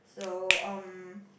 so um